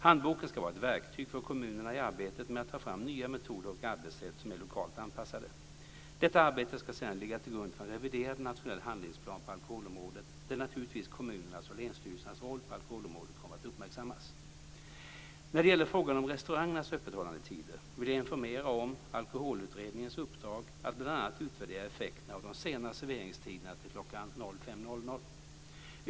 Handboken ska vara ett verktyg för kommunerna i arbetet med att ta fram nya metoder och arbetssätt som är lokalt anpassade. Detta arbete ska sedan ligga till grund för en reviderad nationell handlingsplan på alkoholområdet där naturligtvis kommunernas och länsstyrelsernas roll på alkoholområdet kommer att uppmärksammas. När det gäller frågan om restaurangernas öppethållandetider vill jag informera om Alkoholutredningens uppdrag att bl.a. utvärdera effekterna av de sena serveringstiderna till kl. 05.00.